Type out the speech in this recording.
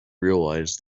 realise